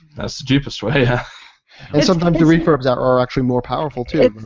that's the cheapest way, yeah. and sometimes the refurbs are actually more powerful too.